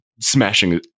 smashing